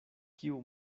kiu